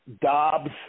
Dobbs